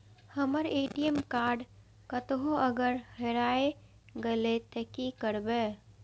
हमर ATM card कतहो अगर हेराय गले ते की करबे?